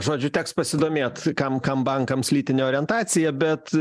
žodžiu teks pasidomėt kam kam bankams lytinė orientacija bet